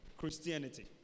Christianity